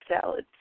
salads